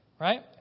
Right